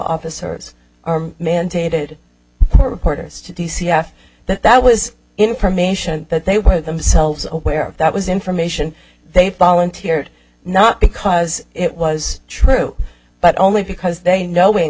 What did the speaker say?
officers are mandated reporters to d c s that that was information that they were themselves where that was information they volunteered not because it was true but only because they know